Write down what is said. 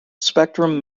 spectrum